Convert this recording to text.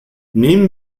nehmen